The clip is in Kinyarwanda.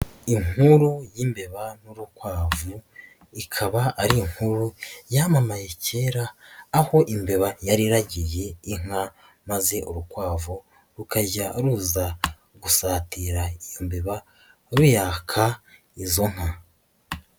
Inkuru y'imbeba n'urukwavu, ikaba ari inkuru yamamaye kera aho imbeba yari yari iragiye inka maze urukwavu rukajya ruza gusatira imbeba ruyaka izo nka.